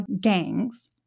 gangs